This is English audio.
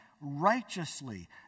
righteously